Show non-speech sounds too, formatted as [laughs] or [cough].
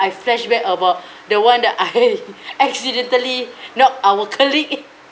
flashback about [breath] the one that I [laughs] accidentally [breath] knocked our colleague [laughs]